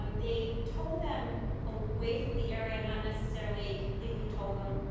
um they tow them away from the area not necessarily completely tow them.